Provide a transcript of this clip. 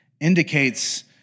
indicates